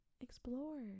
explore